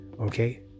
Okay